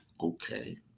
okay